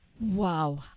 Wow